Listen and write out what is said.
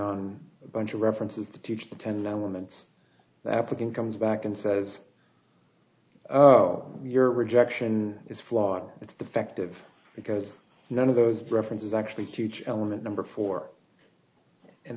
on a bunch of references to teach the ten no woman's the applicant comes back and says oh your rejection is flawed it's defective because none of those references actually teach element number four and